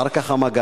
אחר כך המג"ד,